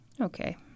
Okay